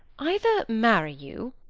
either marry you,